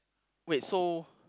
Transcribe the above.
wait so